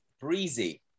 Breezy